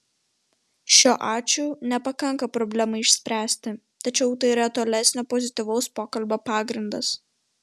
šio ačiū nepakanka problemai išspręsti tačiau tai yra tolesnio pozityvaus pokalbio pagrindas